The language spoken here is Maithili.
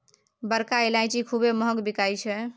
बड़का ईलाइची खूबे महँग बिकाई छै